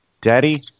Daddy